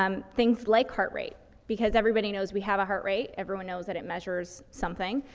um things like heart rate because everybody knows we have a heart rate, everyone knows that it measures something,